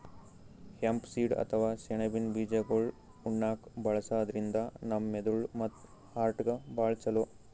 hemp seed ಅಥವಾ ಸೆಣಬಿನ್ ಬೀಜಾಗೋಳ್ ಉಣ್ಣಾಕ್ಕ್ ಬಳಸದ್ರಿನ್ದ ನಮ್ ಮೆದಳ್ ಮತ್ತ್ ಹಾರ್ಟ್ಗಾ ಭಾಳ್ ಛಲೋ